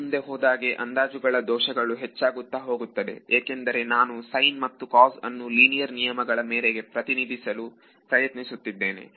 ಇನ್ನು ಮುಂದೆ ಹೋದಾಗೆ ಅಂದಾಜುಗಳ ದೋಷಗಳು ಹೆಚ್ಚಾಗುತ್ತಾ ಹೋಗುತ್ತದೆ ಏಕೆಂದರೆ ನಾನು sin ಮತ್ತು cos ಅನ್ನು ಲೀನಿಯರ್ ನಿಯಮಗಳ ಮೇರೆಗೆ ಪ್ರತಿನಿಧಿಸಲು ಪ್ರಯತ್ನಿಸುತ್ತಿದ್ದೇನೆ